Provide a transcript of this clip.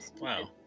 wow